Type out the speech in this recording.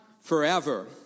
forever